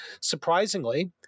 Surprisingly